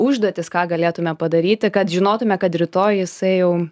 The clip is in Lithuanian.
užduotys ką galėtume padaryti kad žinotume kad rytoj jisai jau